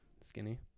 skinny